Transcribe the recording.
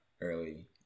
early